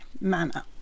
manner